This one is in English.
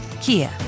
Kia